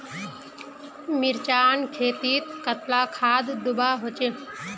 मिर्चान खेतीत कतला खाद दूबा होचे?